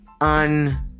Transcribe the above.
un